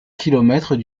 kilomètres